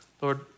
Lord